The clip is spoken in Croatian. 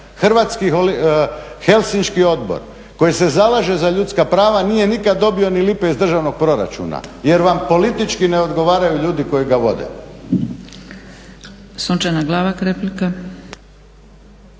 Helsinški odbor koji se zalaže za ljudska prava nije nikada dobio ni lipe iz državnog proračuna jer vam politički ne odgovaraju ljudi koji ga vode.